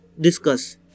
discuss